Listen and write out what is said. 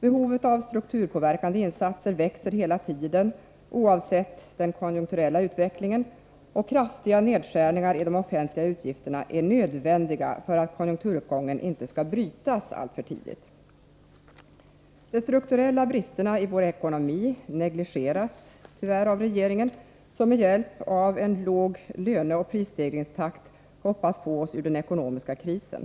Behovet av strukturpåverkande insatser växer hela tiden, oavsett den konjunkturella utvecklingen, och kraftiga nedskärningar i de offentliga utgifterna är nödvändiga för att konjunkturuppgången inte skall brytas alltför tidigt. De strukturella bristerna i vår ekonomi negligeras tyvärr av regeringen, som med hjälp av en låg löneoch prisstegringstakt, hoppas få oss ur den ekonomiska krisen.